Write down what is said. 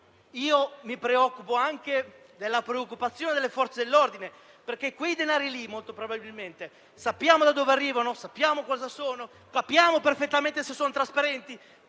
sacco. Penso anche alla preoccupazione delle Forze dell'ordine perché quei denari lì molto probabilmente sappiamo da dove arrivano, sappiamo cosa sono, capiamo perfettamente se sono trasparenti?